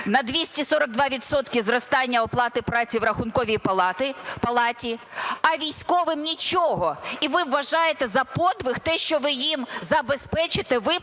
відсотки зростання оплати праці в Рахунковій палаті, а військовим нічого? І ви вважаєте за подвиг те, що ви їм забезпечите виплати,